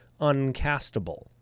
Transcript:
uncastable